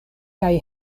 kaj